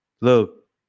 look